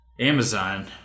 Amazon